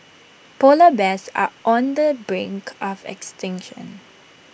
Polar Bears are on the brink of extinction